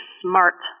smart